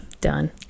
Done